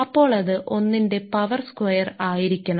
അപ്പോൾ അത് 1 ന്റെ പവർ സ്ക്വയർ ആയിരിക്കണം